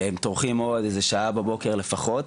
והם טורחים מאוד לפחות שעה